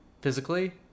physically